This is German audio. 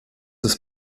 ist